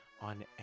on